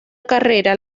carrera